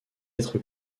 être